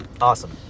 Awesome